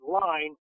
line